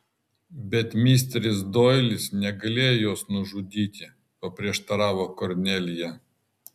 bet misteris doilis negalėjo jos nužudyti paprieštaravo kornelija